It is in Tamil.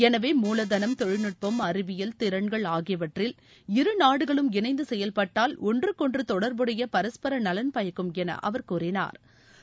எனவே மூலதனம் தொழில்நட்பம் அறிவியல் திறன்கள் ஆகியற்றில் இரு நாடுகளும் இணைந்துசெயல்பட்டால் ஒன்றுக்கொன்றதொடர்புடையபரஸ்பரநலன் பயக்கும் எனஅவர் கூறினாா்